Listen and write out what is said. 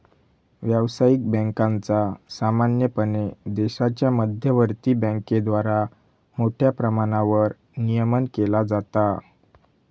व्यावसायिक बँकांचा सामान्यपणे देशाच्या मध्यवर्ती बँकेद्वारा मोठ्या प्रमाणावर नियमन केला जाता